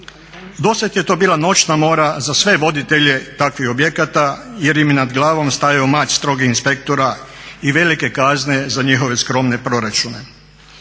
Do sada je to bila noćna mora za sve voditelje takvih objekata jer im je nad glavom stajao mač strogih inspektora i velike kazne za njihove skromne proračune.